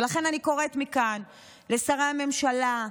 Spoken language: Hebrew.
ולכן אני קוראת מכאן לשרי הממשלה,